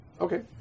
Okay